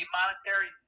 monetary